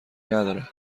نداره